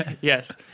Yes